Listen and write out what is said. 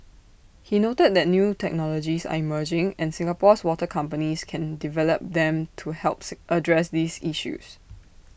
he noted that new technologies are emerging and Singapore's water companies can develop them to help address these issues